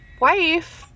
wife